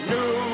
New